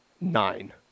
nine